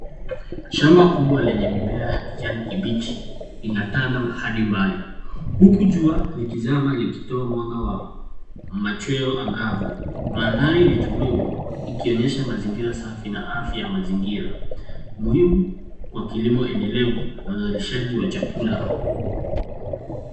Shamba kubwa lenye mimea ya kijani kibichi inatanda hadi mbali, huku jua liizama likitoa mwanga wa machweo angavu. Maandari ni tulivu ikionyesha mazingira safi na afya ya mazingira muhimu wa kilimo endelevu na uzalisha wa chakula.